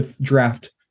draft